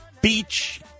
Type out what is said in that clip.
beach